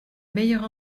meilleure